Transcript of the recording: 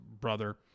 brother